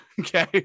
okay